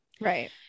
right